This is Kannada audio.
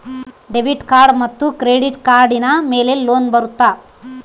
ಡೆಬಿಟ್ ಮತ್ತು ಕ್ರೆಡಿಟ್ ಕಾರ್ಡಿನ ಮೇಲೆ ಲೋನ್ ಬರುತ್ತಾ?